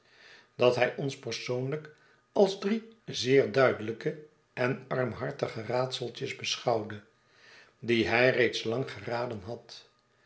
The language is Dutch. dat hy ons persoonlijk als drie zeer duidelijke en armhartige raadseltjes beschouwde die hij reeds lang geraden had